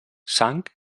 sang